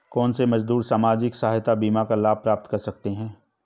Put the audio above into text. कौनसे मजदूर सामाजिक सहायता बीमा का लाभ प्राप्त कर सकते हैं?